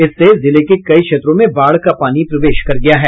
इससे जिले के कई क्षेत्रों में बाढ़ का पानी प्रवेश कर गया है